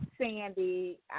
Sandy